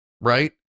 right